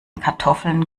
kartoffeln